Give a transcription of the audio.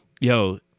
yo